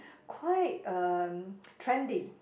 quite uh trendy